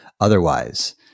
otherwise